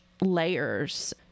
layers